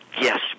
Yes